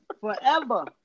forever